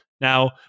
Now